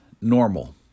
normal